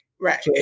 Right